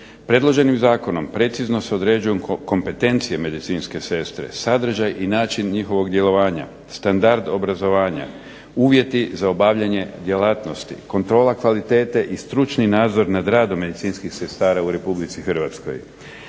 Predloženim zakonom precizno se određuju kompetencije medicinske sestre, sadržaj i način njihovog djelovanja, standard obrazovanja, uvjeti za obavljanje djelatnosti, kontrola kvalitete i stručni nadzor nad radom medicinskih sestara u RH. Također